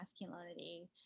masculinity